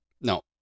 No